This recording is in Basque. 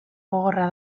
gogorra